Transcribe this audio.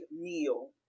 meal